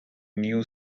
new